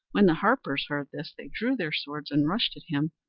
when the harpers heard this, they drew their swords and rushed at him,